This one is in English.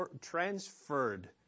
transferred